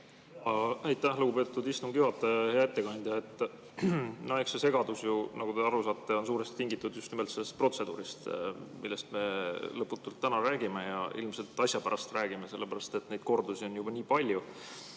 Aitäh, lugupeetud istungi juhataja! Hea ettekandja! No eks see segadus, nagu te aru saate, on suuresti tingitud just nimelt sellest protseduurist, millest me lõputult täna räägime, ja ilmselt asja pärast räägime, sellepärast et neid kordasid on juba nii palju.